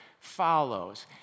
follows